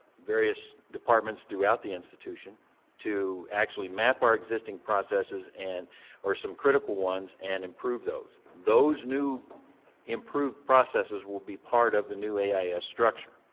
various departments throughout the institution to actually map our existing processes and or some critical ones and improve those. those new improved processes will be part of the new ais structure.